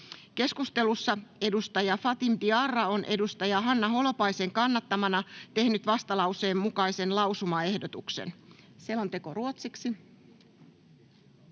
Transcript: Keskustelussa edustaja Fatim Diarra on edustaja Hanna Holopaisen kannattamana tehnyt vastalauseen mukaisen lausumaehdotuksen. — Selonteko ruotsiksi.